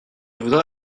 voudrais